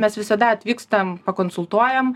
mes visada atvykstam pakonsultuojam